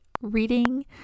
reading